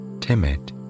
timid